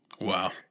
Wow